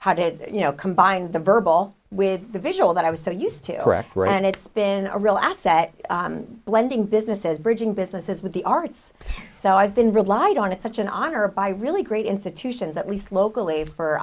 how did you know combine the verbal with the visual that i was so used to recreate and it's been a real asset blending businesses bridging businesses with the arts so i've been relied on it such an honor of by really great institutions at least locally for